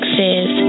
says